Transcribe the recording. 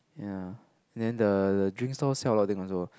ya then the the drink stall sell a lot of thing also